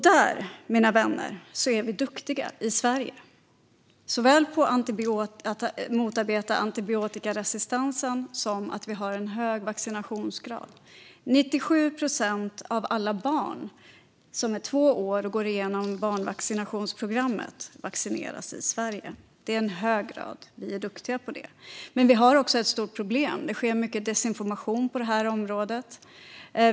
Där, mina vänner, är vi duktiga i Sverige - såväl när det gäller att motarbeta antibiotikaresistensen som att ha en hög vaccinationsgrad. 97 procent av alla barn som är två år vaccineras i Sverige genom barnvaccinationsprogrammet. Det är en hög siffra. Vi är duktiga på det. Men vi har också ett stort problem. Det sker mycket desinformation på det här området.